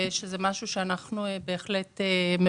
שזה משהו שאנחנו מעודדים.